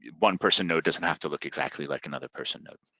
yeah one person node doesn't have to look exactly like another person node.